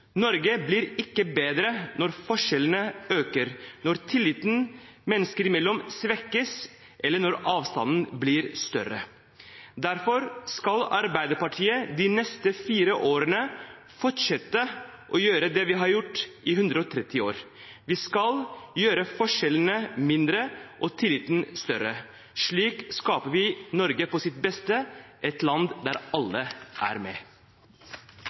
Norge blir ikke bedre når forskjellene øker, når tilliten mennesker imellom svekkes, eller når avstanden blir større. Derfor skal Arbeiderpartiet de neste fire årene fortsette å gjøre det vi har gjort i 130 år. Vi skal gjøre forskjellene mindre og tilliten større. Slik skaper vi Norge på sitt beste – et land der alle er med.